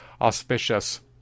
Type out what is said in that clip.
auspicious